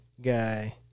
guy